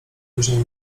później